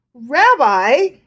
Rabbi